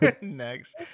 Next